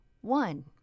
one